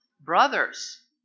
brothers